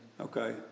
okay